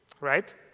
right